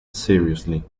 seriously